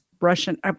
Russian